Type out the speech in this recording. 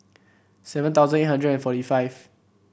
seven thousand eight hundred and forty five